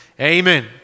Amen